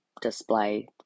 display